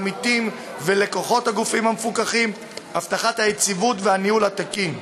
העמיתים ולקוחות הגופים המפוקחים והבטחת היציבות והניהול התקין.